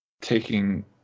taking